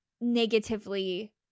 negatively